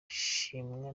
ishimwa